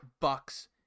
bucks